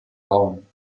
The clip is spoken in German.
bauen